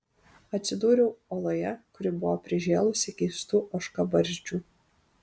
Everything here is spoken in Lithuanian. atsidūriau oloje kuri buvo prižėlusi keistų ožkabarzdžių